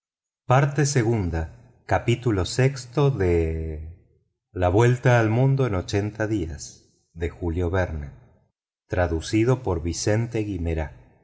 información la vuelta al mundo en ochenta días capítulo iv de julio verne a las